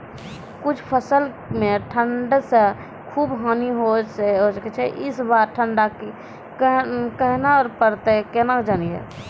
कुछ फसल मे ठंड से खूब हानि होय छैय ई बार ठंडा कहना परतै केना जानये?